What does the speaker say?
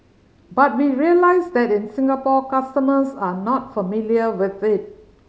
but we realise that in Singapore customers are not familiar with it